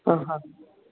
हा हा